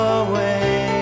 away